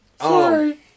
Sorry